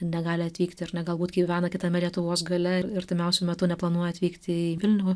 negali atvykti ar ne galbūt gyvena kitame lietuvos gale artimiausiu metu neplanuoja atvykti į vilnių